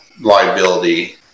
liability